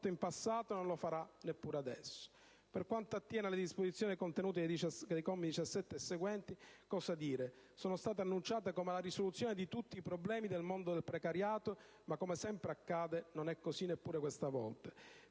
in passato e non lo farà neppure adesso. Per quanto attiene alle disposizioni contenute nei commi da 17 e seguenti, cosa dire? Sono state annunciate come la risoluzione di tutti i problemi del mondo del precariato ma, come sempre accade, non è così neppure questa volta.